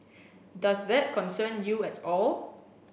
does that concern you at all